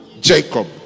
Jacob